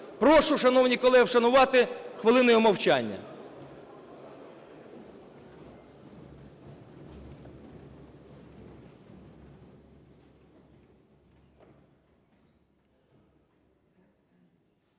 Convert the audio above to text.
Прошу, шановні колеги, вшанувати хвилиною мовчання.